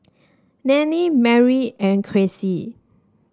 Nannie Mary and Cressie